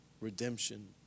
redemption